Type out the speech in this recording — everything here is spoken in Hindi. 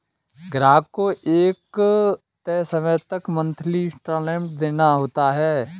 ग्राहक को एक तय समय तक मंथली इंस्टॉल्मेंट देना पड़ता है